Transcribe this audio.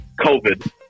COVID